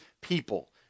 people